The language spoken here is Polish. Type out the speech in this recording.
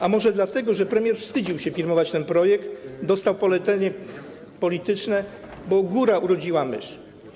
A może dlatego, że premier wstydził się firmować ten projekt i dostał polecenie polityczne, bo góra urodziła mysz?